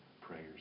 prayers